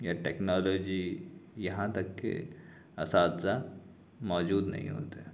یا ٹیکنالوجی یہاں تک کہ اساتذہ موجود نہیں ہوتے